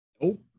Nope